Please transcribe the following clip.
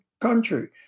country